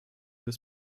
des